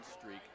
streak